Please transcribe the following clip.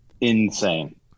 insane